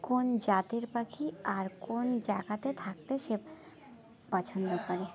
কোন জাতের পাখি আর কোন জায়গাতে থাকতে সে পছন্দ করে